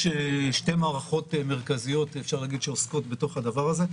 יש שתי מערכות מרכזיות שעוסקות בדבר הזה.